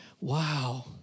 Wow